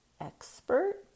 expert